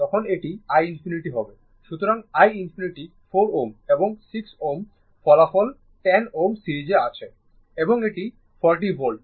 সুতরাং i ∞ 4 Ω এবং 6 Ω ফলাফল 10 Ω সিরিজে আছে এবং এটি 40 ভোল্ট